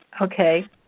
Okay